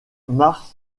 mar